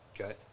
Okay